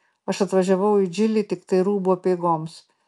aš atvažiavau į džilį tiktai rūbų apeigoms